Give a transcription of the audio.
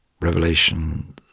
Revelation